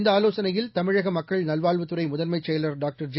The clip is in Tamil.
இந்த ஆலோசனையில் தமிழக மக்கள் நல்வாழ்வுத்துறை முதன்மைச் செயலர் டாக்டர் ஜெ